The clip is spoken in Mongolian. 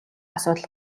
асуудал